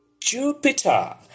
Jupiter